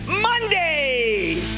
Monday